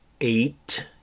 eight